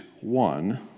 one